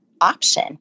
option